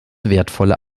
wertvolle